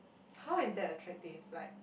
how is that attractive like